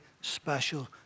special